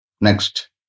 Next